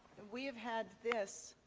we have had this